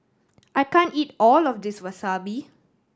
I can't eat all of this Wasabi